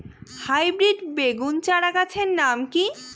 Hybrid বেগুন চারাগাছের নাম কি?